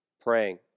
praying